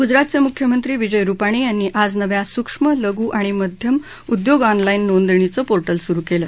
गुजरातचे मुख्यमंत्री विजय रुपाणी यांनी आज नव्या सुक्ष्म लघू आणि मध्यम उद्योग ऑनलाउि नोंदणी पोर्टल सुरु केलं